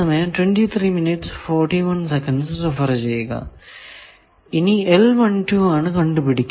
ഇനി ആണ് കണ്ടു പിടിക്കേണ്ടത്